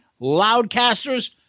Loudcasters